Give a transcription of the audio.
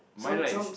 mine like s~